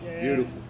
beautiful